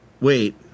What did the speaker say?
Wait